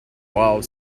wild